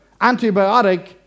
antibiotic